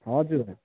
हजुर